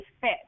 fit